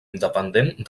independent